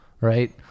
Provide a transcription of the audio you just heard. right